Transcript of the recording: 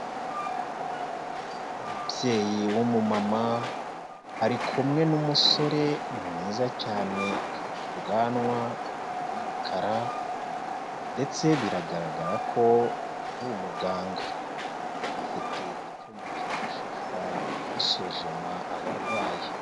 Umubyeyi w'umumama ari kumwe n'umusore mwiza cyane ufite ubwanwa bw'umukara ndetse biragaragara ko ari umuganga, afite icyuma cyifashishwa basuzuma abarwayi.